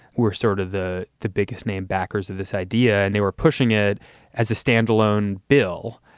we're sort of the the biggest name backers of this idea, and they were pushing it as a standalone bill.